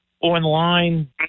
online